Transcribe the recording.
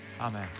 Amen